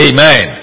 Amen